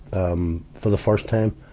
um, for the first time,